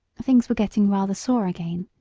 things were getting rather sore again,